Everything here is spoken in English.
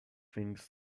things